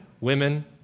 women